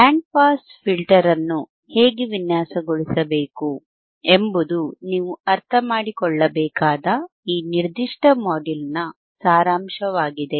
band pass filter ಅನ್ನು ಹೇಗೆ ವಿನ್ಯಾಸಗೊಳಿಸಬೇಕು ಎಂಬುದು ನೀವು ಅರ್ಥಮಾಡಿಕೊಳ್ಳಬೇಕಾದ ಈ ನಿರ್ದಿಷ್ಟ ಮಾಡ್ಯೂಲ್ನ ಸಾರಾಂಶವಾಗಿದೆ